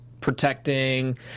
protecting